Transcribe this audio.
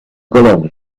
colonia